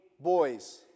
boys